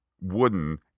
wooden